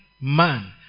man